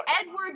Edward